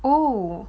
oh